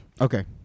Okay